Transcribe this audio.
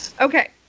Okay